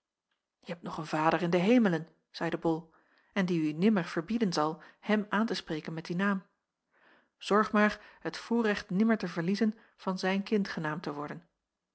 je hebt nog een vader in de hemelen zeide bol en die u nimmer verbieden zal hem aan te spreken met dien naam zorg maar het voorrecht nimmer te verliezen van zijn kind genaamd te worden